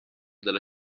dalla